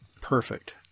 Perfect